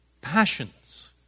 passions